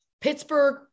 Pittsburgh